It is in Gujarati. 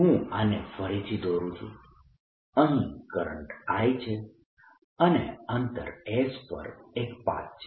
હું આને ફરીથી દોરૂ છું અહીં કરંટ I છે અને અંતર S પર એક પાથ છે